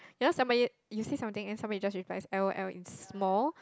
you know somebody you say something and somebody just replies L_O_L in small